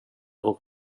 och